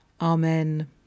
Amen